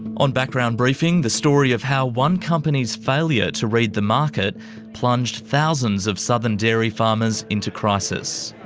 on background briefing, the story of how one company's failure to read the market plunged thousands of southern dairy farmers into crisis.